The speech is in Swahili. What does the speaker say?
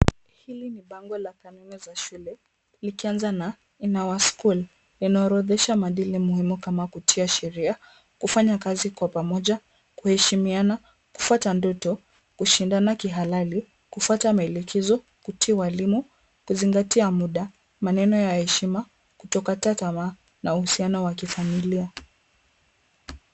Hili ni bango ya kanuni ya shule, likianza na in "our school" inaorodhesha madili muhimu kama kutia sheria, kufanya kazi kwa pamoja, kuheshimiana, kufata ndoto, kushindana kihalali, kufuata ndoto, kushindana kialali, kufuata maelekezo, kuti walimu, kuzingatia muda, maneno ya heshima, kutokata tamaa, na uhusiano wa kifamilia.